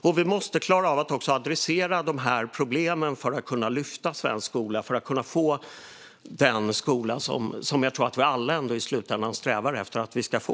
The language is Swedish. Och vi måste klara av att också adressera dessa problem för att kunna lyfta svensk skola och för att kunna få den skola som jag tror att vi alla i slutändan ändå strävar efter att vi ska få.